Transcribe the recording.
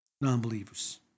Non-believers